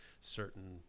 Certain